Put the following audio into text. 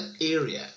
area